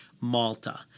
Malta